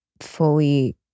fully